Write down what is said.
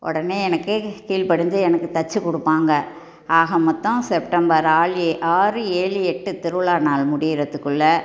உடனே எனக்கு கீழ் படிஞ்சு எனக்கு தைச்சிக் கொடுப்பாங்க ஆக மொத்தம் செப்டம்பர் ஆறு ஏழு எட்டு திருவிழா நாள் முடியுறதுக்குள்ள